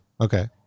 okay